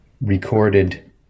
recorded